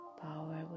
power